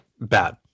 bad